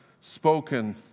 spoken